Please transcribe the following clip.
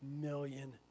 million